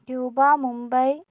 Cuba Mumbai